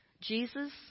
Jesus